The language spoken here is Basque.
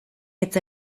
hitz